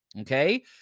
Okay